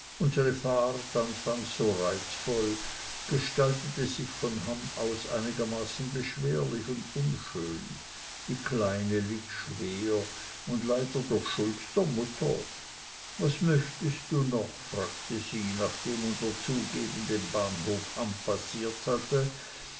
so reizvoll gestaltete sich von hamm aus einigermaßen beschwerlich und unschön die kleine litt schwer und leider durch schuld der mutter was möchtest du noch fragte sie nachdem unser zug eben den bahnhof hamm passiert hatte